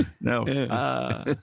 No